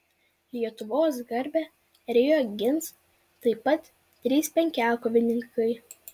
lietuvos garbę rio gins taip pat trys penkiakovininkai